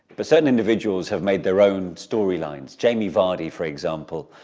but certain individuals have made their own storylines. jamie vardy, for example,